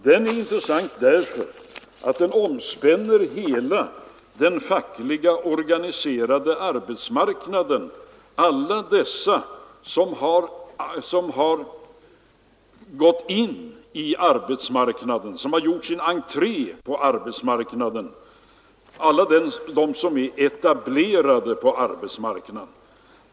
Den är intressant därför att den omspänner hela den fackligt organiserade arbetsmarknaden — alla som har gjort sin entré på arbetsmarknaden, alla som är etablerade på arbetsmarknaden.